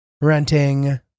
renting